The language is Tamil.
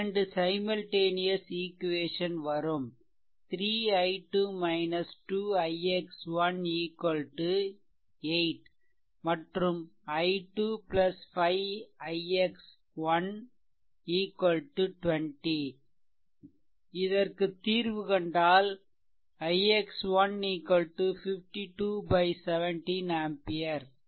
இரண்டு சைமல்டேனியசஸ் ஈக்வேசன் வரும்3 i2 2 ix ' 8 மற்றும் i2 5 ix ' 20 இதற்கு தீர்வு கண்டால் ix ' 52 17 ஆம்பியர்